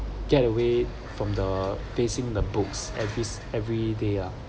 get away from the facing the books every every day ah